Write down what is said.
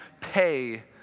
pay